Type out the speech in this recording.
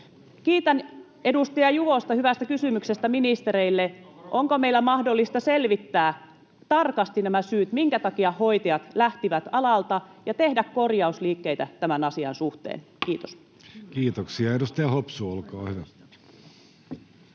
Kiitän edustaja Juvosta hyvästä kysymyksestä ministereille. Onko meillä mahdollista selvittää tarkasti nämä syyt, minkä takia hoitajat lähtivät alalta, ja tehdä korjausliikkeitä tämän asian suhteen? — Kiitos.